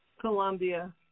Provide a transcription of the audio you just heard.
Colombia